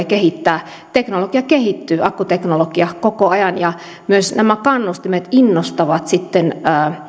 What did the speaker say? kehittää akkuteknologia kehittyy koko ajan ja myös nämä kannustimet innostavat sitten